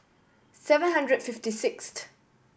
seven hundred fifty sixth